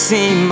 See